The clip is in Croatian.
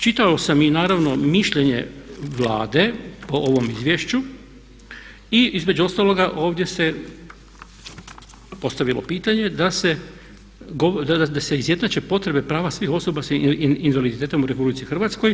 Čitao sam i naravno mišljenje Vlade o ovom izvješću i između ostaloga ovdje se postavilo pitanje da se izjednače potrebe prava svih osoba sa invaliditetom u RH.